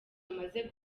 bamaze